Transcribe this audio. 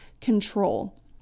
control